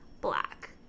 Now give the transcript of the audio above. black